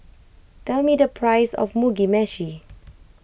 tell me the price of Mugi Meshi